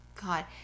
god